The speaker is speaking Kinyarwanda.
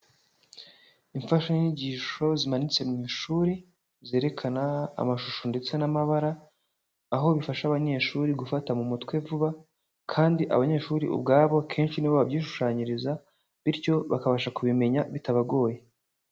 Imfashanyigisho zimanitse mu ishuri, zerekana amashusho ndetse n'amabara, aho bifasha abanyeshuri gufata mu mutwe vuba kandi abanyeshuri ubwabo kenshi ni bo babyishushanyiriza, bityo bakabasha kubimenya bitabagoye.